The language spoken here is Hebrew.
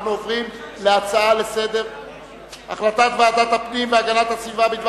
אנחנו עוברים להחלטת ועדת הפנים והגנת הסביבה בדבר